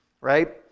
right